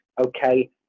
Okay